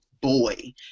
boy